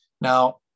now